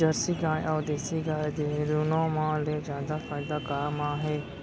Jersey गाय अऊ देसी गाय दूनो मा ले जादा फायदा का मा हे?